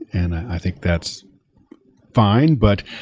and i think that's fine. but